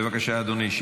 בבקשה, אדוני.